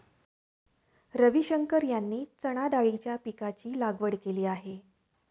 रविशंकर यांनी चणाडाळीच्या पीकाची लागवड केली आहे